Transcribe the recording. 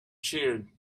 cheered